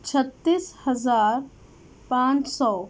چھتیس ہزار پانچ سو